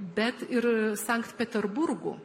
bet ir sankt peterburgu